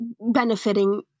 benefiting